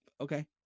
okay